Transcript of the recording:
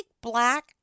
black